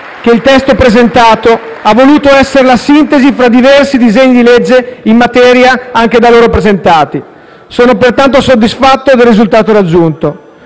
che il testo presentato ha voluto essere la sintesi fra diversi disegni di legge in materia anche da loro presentati. Sono, pertanto, soddisfatto del risultato raggiunto.